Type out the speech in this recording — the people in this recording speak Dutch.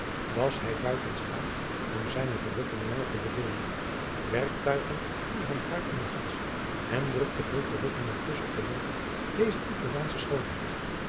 was hij buiten staat om zijne verrukking langer te bedwingen werktuigelijk viel hij haar om den hals en drukte vol verrukking een kus op den mond dezer italiaansche schoonheid